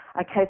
Okay